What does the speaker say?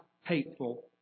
hateful